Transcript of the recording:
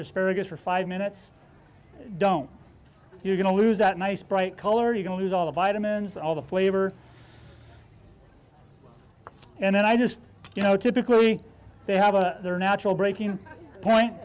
asparagus for five minutes don't you're going to lose that nice bright color you can use all the vitamins all the flavor and i just you know typically they have their natural breaking point